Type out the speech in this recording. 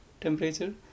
temperature